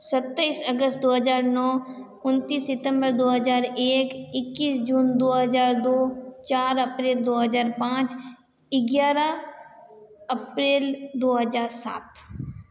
सत्ताइस अगस्त तो हजार नौ उनतीस सितम्बर दो हजार एक इक्कीस जून तो हजार दो चार अप्रैल दो हजार पाँच ग्यारह अप्रैल दो हजार सात